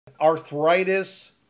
Arthritis